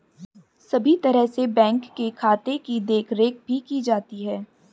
सभी तरह से बैंक के खाते की देखरेख भी की जाती है